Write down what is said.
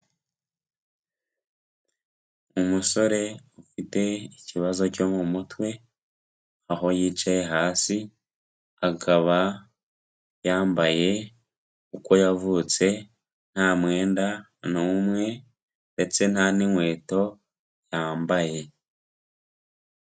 Umusore ufite ikibazo cyo mu mutwe, aho yicaye hasi akaba yambaye uko yavutse nta mwenda n'umwe, ndetse nta n'inkweto yambaye.